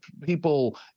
people